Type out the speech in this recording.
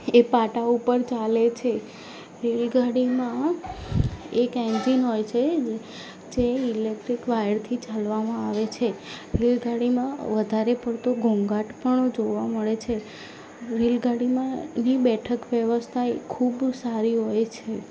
એ પાટા ઉપર ચાલે છે રેલગાડીમાં એક એન્જિન હોય છે જે ઇલેક્ટ્રિક વાયરથી ચાલવામાં આવે છે રેલગાડીમાં વધારે પડતું ઘોંઘાટ પણ જોવા મળે છે રેલગાડીમાંની બેઠક વ્યવસ્થા એ ખૂબ સારી હોય છે